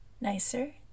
nicer